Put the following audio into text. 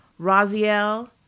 Raziel